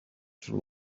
too